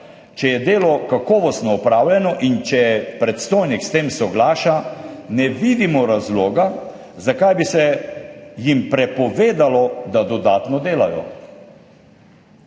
če je delo kakovostno opravljeno in če predstojnik s tem soglaša, ne vidimo razloga, zakaj bi se jim prepovedalo, da dodatno delajo.